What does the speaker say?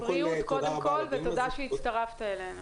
בריאות קודם כל, ותודה שהצטרפת אלינו.